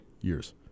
Years